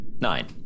Nine